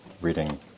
reading